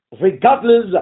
regardless